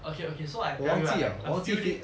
okay okay so I tell you like uh a few days